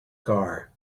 car